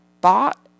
bought